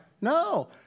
no